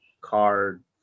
card